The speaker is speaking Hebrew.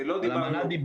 אנחנו מטמיעים את